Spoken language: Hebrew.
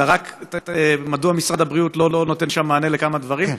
אלא רק מדוע משרד הבריאות לא נותן שם מענה לכמה דברים,